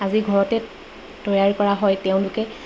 আজি ঘৰতে তৈয়াৰ কৰা হয় তেওঁলোকে